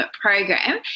Program